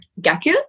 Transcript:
gaku